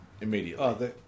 immediately